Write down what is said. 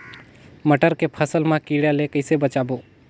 मटर के फसल मा कीड़ा ले कइसे बचाबो?